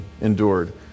endured